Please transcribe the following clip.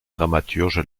dramaturge